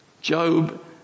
Job